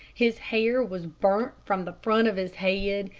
his hair was burnt from the front of his head,